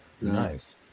Nice